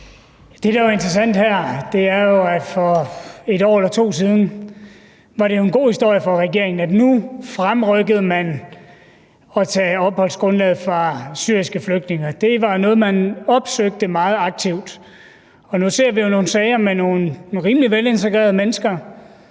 for et år eller to siden var en god historie for regeringen, at nu fremrykkede man at tage opholdsgrundlaget fra syriske flygtninge, og det var noget, man opsøgte meget aktivt. Og nu ser vi jo nogle sager med nogle rimelig velintegrerede mennesker,